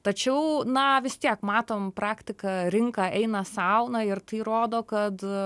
tačiau na vis tiek matom praktiką rinka eina sau na ir tai rodo kad